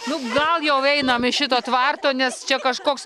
nu gal jau einam iš šito tvarto nes čia kažkoks